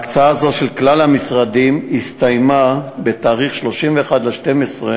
הקצאה זו של כלל המשרדים הסתיימה ב-31 בדצמבר